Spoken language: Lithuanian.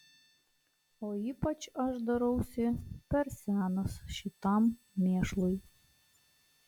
o ypač aš darausi per senas šitam mėšlui